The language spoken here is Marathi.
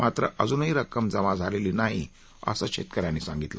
मात्र अजूनही रक्कम जमा झालेली नाही असं शेतकऱ्यांनी सांगितलं